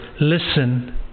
Listen